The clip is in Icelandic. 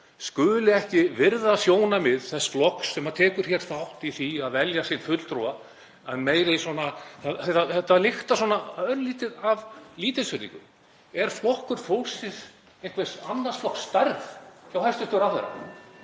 skuli ekki virða sjónarmið þess flokks sem tekur þátt í því að velja sér fulltrúa af meiri svona — þetta lyktar örlítið af lítilsvirðingu. Er Flokkur fólksins einhvers annars flokks stærð hjá hæstv. ráðherra?